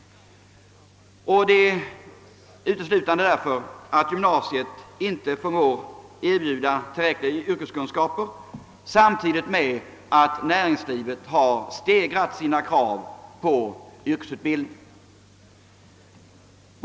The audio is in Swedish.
Detta beror uteslutande på att gymnasiet inte förmår erbjuda tillräckliga yrkeskunskaper samtidigt som näringslivet har höjt sina krav på yrkesutbildning.